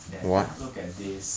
there look at this